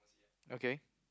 okay